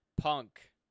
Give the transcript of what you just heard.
Punk